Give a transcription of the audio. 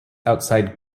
outside